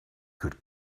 could